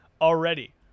already